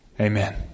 Amen